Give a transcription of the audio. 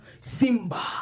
Simba